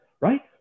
right